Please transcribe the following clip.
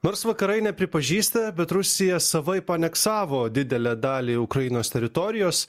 nors vakarai nepripažįsta bet rusija savaip aneksavo didelę dalį ukrainos teritorijos